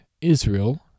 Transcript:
Israel—